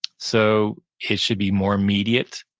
so it should be more immediate.